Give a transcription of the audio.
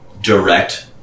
direct